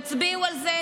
תצביעו על זה,